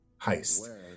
heist